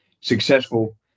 successful